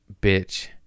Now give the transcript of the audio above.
bitch